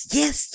yes